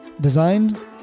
designed